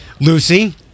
Lucy